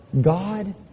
God